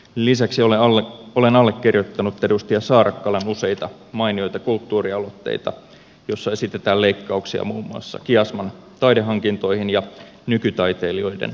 lisäksi olen allekirjoittanut edustaja saarakkalan useita mainioita kulttuurialoitteita joissa esitetään leikkauksia muun muassa kiasman taidehankintoihin ja nykytaiteilijoiden apurahoihin